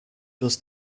does